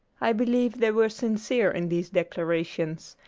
i believe they were sincere in these declarations,